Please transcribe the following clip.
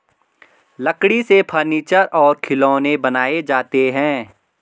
लकड़ी से फर्नीचर और खिलौनें बनाये जाते हैं